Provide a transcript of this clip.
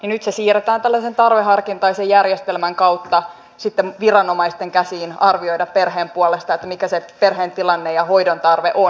nyt se siirretään tällaisen tarveharkintaisen järjestelmän kautta sitten viranomaisten käsiin arvioitavaksi perheen puolesta mikä se perheen tilanne ja hoidon tarve on